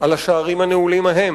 על השערים הנעולים ההם,